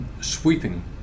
sweeping